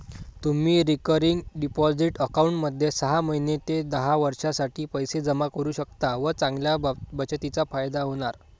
तुम्ही recurring deposit अकाउंटमध्ये सहा महिने ते दहा वर्षांसाठी पैसे जमा करू शकता व चांगल्या बचतीचा फायदा होणार